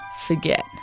forget